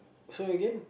so again